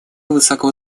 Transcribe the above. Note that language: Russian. высоко